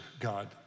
God